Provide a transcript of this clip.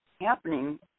happening